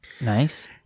Nice